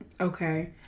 Okay